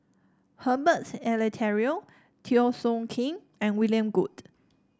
Herbert Eleuterio Teo Soon Kim and William Goode